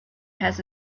has